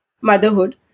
motherhood